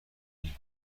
این